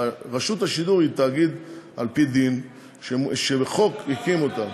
רשות השידור היא תאגיד על פי דין, שחוק הקים אותו.